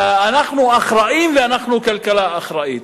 אנחנו אחראיים ואנחנו כלכלה אחראית.